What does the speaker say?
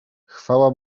chwała